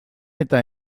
eta